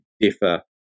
differ